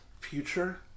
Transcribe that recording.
future